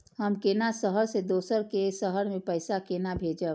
हम केना शहर से दोसर के शहर मैं पैसा केना भेजव?